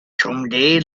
someday